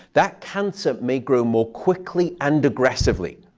that cancer may grow more quickly and aggressively.